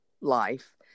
life